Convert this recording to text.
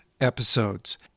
episodes